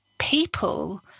people